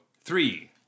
Three